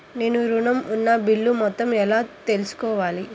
నేను ఋణం ఉన్న బిల్లు మొత్తం ఎలా తెలుసుకోవాలి?